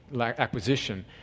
acquisition